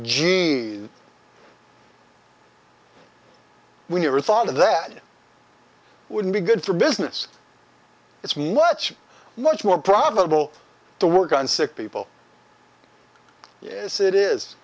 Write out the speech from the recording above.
gee we never thought of that it wouldn't be good for business it's much much more probable to work on sick people yes it is